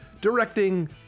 directing